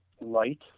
light